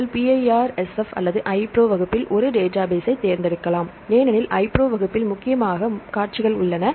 நீங்கள் PIRSF அல்லது iPro வகுப்பில் ஒரு டேட்டாபேஸ்ஸைத் தேர்ந்தெடுக்கலாம் ஏனெனில் iPro வகுப்பில் முக்கியமாக காட்சிகள் உள்ளன